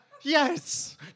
Yes